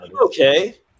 okay